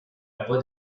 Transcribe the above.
about